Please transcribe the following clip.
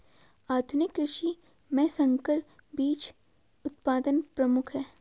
आधुनिक कृषि में संकर बीज उत्पादन प्रमुख है